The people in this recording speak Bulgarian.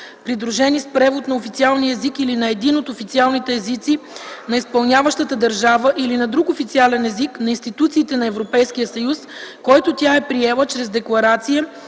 придружени с превод на официалния език или на един от официалните езици на изпълняващата държава, или на друг официален език на институциите на Европейския съюз, който тя е приела чрез декларация,